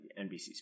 NBC